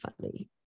funny